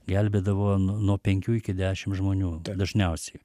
gelbėdavo nu nuo penkių iki dešim žmonių dažniausiai